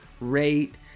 rate